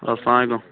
السَّلام علیکم